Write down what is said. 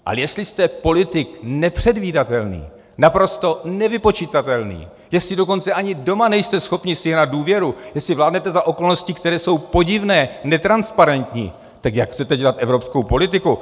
Ale jestli jste politik nepředvídatelný, naprosto nevypočitatelný, jestli dokonce ani doma nejste schopni sjednat důvěru, jestli vládnete za okolností, které jsou podivné, netransparentní, tak jak chcete dělat evropskou politiku?